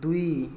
ଦୁଇ